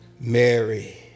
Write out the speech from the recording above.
mary